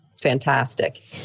fantastic